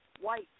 white